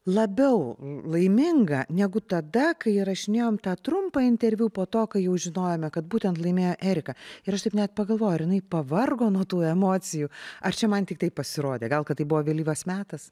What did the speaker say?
labiau laiminga negu tada kai įrašinėjom tą trumpą interviu po to kai jau žinojome kad būtent laimėjo erika ir aš taip net pagalvojau ar jinai pavargo nuo tų emocijų ar čia man tiktai pasirodė gal kad tai buvo vėlyvas metas